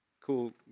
cool